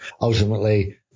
Ultimately